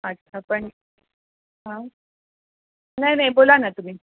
अच्छा पण हां नाही नाही बोला ना तुम्ही